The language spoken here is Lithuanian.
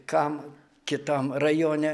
kam kitam rajone